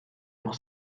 pour